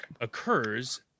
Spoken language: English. occurs